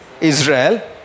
Israel